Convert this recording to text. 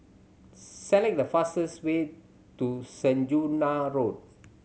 select the fastest way to Saujana Road